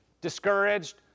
Discouraged